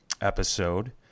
episode